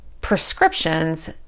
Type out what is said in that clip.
prescriptions